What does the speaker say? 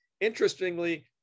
interestingly